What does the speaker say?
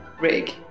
rig